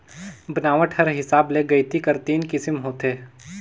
बनावट कर हिसाब ले गइती कर तीन किसिम होथे